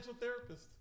therapist